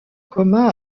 commun